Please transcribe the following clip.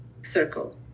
circle